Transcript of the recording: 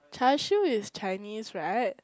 Char-Siew is Chinese right